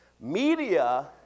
Media